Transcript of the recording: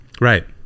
Right